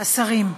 השרים,